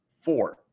four